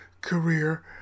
career